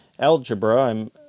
Algebra